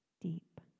deep